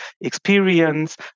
experience